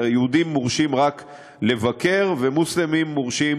כי היהודים מורשים רק לבקר ומוסלמים מורשים